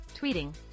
tweeting